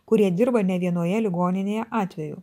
kurie dirba ne vienoje ligoninėje atveju